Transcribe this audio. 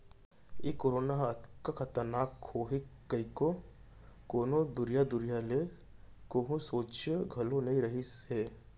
ए corona ह अतका खतरनाक होही कइको कोनों दुरिहा दुरिहा ले कोहूँ सोंचे घलौ नइ रहिन हें